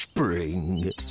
Spring